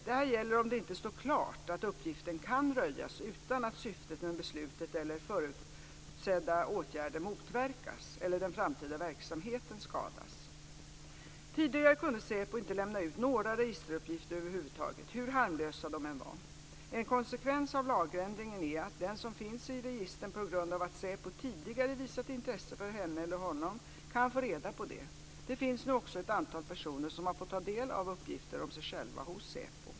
Detta gäller om det inte står klart att uppgiften kan röjas utan att syftet med beslutade eller förutsedda åtgärder motverkas eller den framtida verksamheten skadas. Tidigare kunde SÄPO inte lämna ut några registeruppgifter över huvud taget, hur harmlösa de än var. En konsekvens av lagändringen är att den som finns i registren på grund av att SÄPO tidigare visat intresse för henne eller honom kan få reda på det. Det finns nu också ett antal personer som har fått ta del av uppgifter om sig själva hos SÄPO.